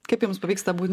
kaip jums pavyksta būti